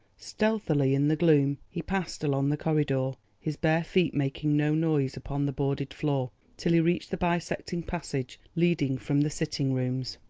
stealthily in the gloom he passed along the corridor, his bare feet making no noise upon the boarded floor, till he reached the bisecting passage leading from the sitting-rooms.